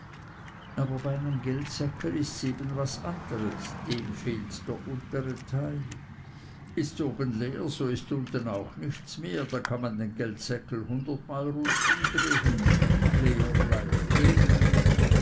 aber bei einem geldseckel ists eben was anders dem fehlt der untere teil ists oben leer so ist unten auch nichts mehr da kann man den geldseckel hundertmal rundum drehen leer bleibt leer